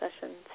sessions